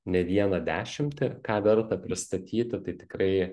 ne vieną dešimtį ką verta pristatyti tai tikrai